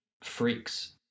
freaks